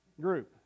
group